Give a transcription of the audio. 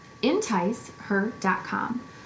Enticeher.com